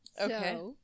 okay